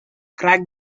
crack